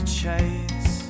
chase